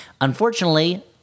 Unfortunately